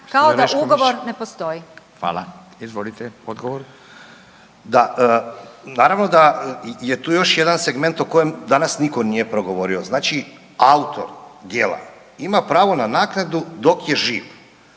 odgovor. **Ivanović, Goran (HDZ)** Da, naravno da je tu još jedan segment o kojem danas nitko nije progovorio. Znači, autor djela ima pravo na naknadu dok je živ,